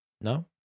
no